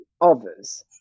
others